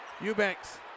Eubanks